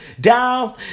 down